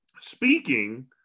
speaking